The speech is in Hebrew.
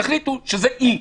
תחליטו שזה אי.